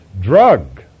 Drug